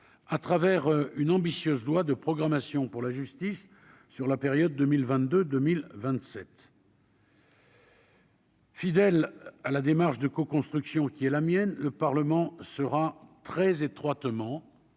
à travers une ambitieuse loi de programmation pour la justice, sur la période 2022 2027. Fidèle à la démarche de coconstruction qui est la mienne, le Parlement sera très étroitement